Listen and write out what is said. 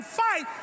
fight